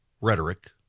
rhetoric